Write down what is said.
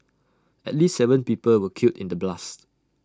at least Seven people were killed in the blasts